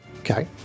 Okay